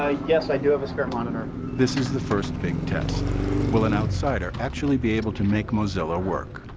ah yes i do have a spare monitor. this is the first big test will an outsider actually be able to make mozilla work?